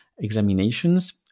examinations